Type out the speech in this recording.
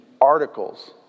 articles